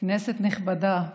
כנסת נכבדה,